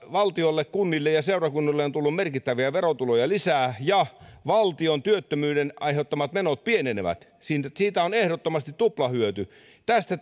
valtiolle kunnille ja seurakunnille on tullut merkittäviä verotuloja lisää ja työttömyyden aiheuttamat menot valtiolle pienenevät siitä on ehdottomasti tuplahyöty tästä